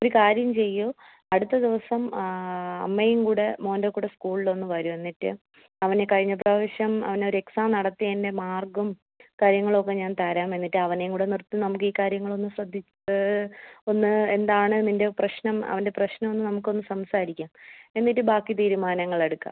ഒരു കാര്യം ചെയ്യു അടുത്ത ദിവസം ആ അമ്മയും കൂടെ മോൻ്റെ കൂടെ സ്കൂൾളൊന്ന് വരു എന്നിട്ട് അവൻ കഴിഞ്ഞ പ്രാവശ്യം അവനൊരു എക്സാം നടത്തിയതിൻ്റെ മാർക്കും കാര്യങ്ങളുവൊക്കെ ഞാൻ തരാം എന്നിട്ട് അവനെയും കൂടെ നിർത്തി നമുക്ക് ഈ കാര്യങ്ങളൊന്ന് ശ്രദ്ധ ഒന്ന് എന്താണ് നിൻ്റെ പ്രശ്നം അവൻ്റെ പ്രശ്നമെന്ന് നമുക്കൊന്ന് സംസാരിക്കാം എന്നിട്ട് ബാക്കി തീരുമാനങ്ങളെടുക്കാം